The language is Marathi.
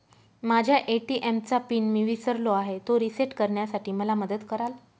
माझ्या ए.टी.एम चा पिन मी विसरलो आहे, तो रिसेट करण्यासाठी मला मदत कराल?